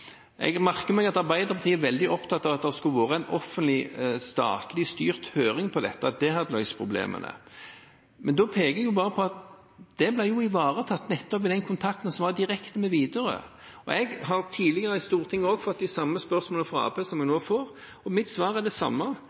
Jeg merker meg at Arbeiderpartiet er veldig opptatt av at det skulle vært en offentlig, statlig styrt høring om dette – at det hadde løst problemene. Men da peker jeg på at den er ivaretatt nettopp av den kontakten som var direkte med Widerøe. Jeg har tidligere i Stortinget fått det samme spørsmålet fra Arbeiderpartiet som jeg nå får, og mitt svar er det samme: